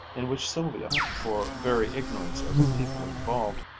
in which sylvia, for very ignorance of the people involved,